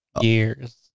years